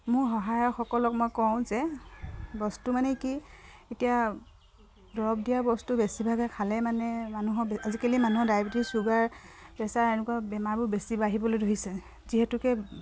মোৰ সহায়কসকলক মই কওঁ যে বস্তু মানে কি এতিয়া দৰৱ দিয়া বস্তু বেছিভাগে খালে মানে মানুহৰ আজিকালি মানুহৰ ডায়েবেটিছ ছুগাৰ প্ৰেচাৰ এনেকুৱা বেমাৰবোৰ বেছি বাঢ়িবলৈ ধৰিছে যিহেতুকে